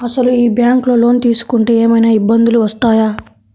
అసలు ఈ బ్యాంక్లో లోన్ తీసుకుంటే ఏమయినా ఇబ్బందులు వస్తాయా?